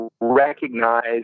recognize